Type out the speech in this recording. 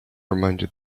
reminded